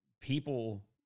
people